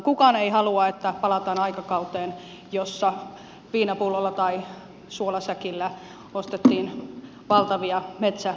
kukaan ei halua että palataan aikakauteen jossa viinapullolla tai suolasäkillä ostettiin valtavia metsäomaisuuksia